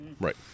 Right